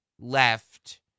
left